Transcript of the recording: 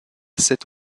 cette